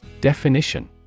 Definition